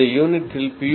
அடுத்த யூனிட்டில் பி